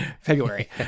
February